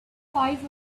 five